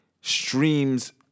streams